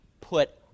put